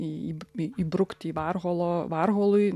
į įb į įbrukti į varholo varholui